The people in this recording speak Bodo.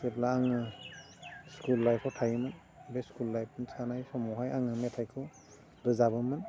जेब्ला आङो स्कुल लाइफ आव थायोमोन बे स्कुल लाइफनि थानाय समावहाय आङो मेथाइखौ रोजाबोमोन